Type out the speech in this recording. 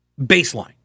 baseline